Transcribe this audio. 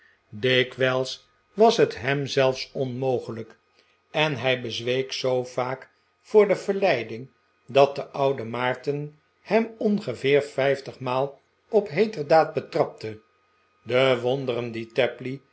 dikwijls was het hem zelfs onmogelijk en hij bezweek zoo vaak voor de verleiding dat de oude maarten hem ongeveer vijftigmaal op heeterdaad betrapte de wonderen die tapley